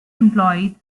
employees